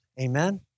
amen